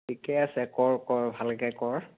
ঠিকে আছে কৰ কৰ ভালকৈ কৰ